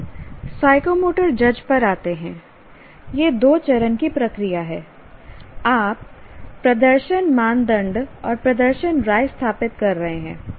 फिर साइकोमोटर जज पर आते हैं यह 2 चरण की प्रक्रिया है आप प्रदर्शन मानदंड और प्रदर्शन राय स्थापित कर रहे हैं